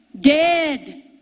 Dead